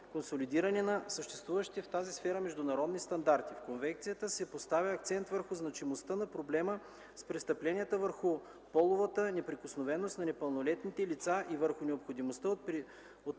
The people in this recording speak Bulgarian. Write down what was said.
консолидиране на съществуващите в тази сфера международни стандарти. В конвенцията се поставя акцент върху значимостта на проблема с престъпленията върху половата неприкосновеност на непълнолетните лица и върху необходимостта от предприемането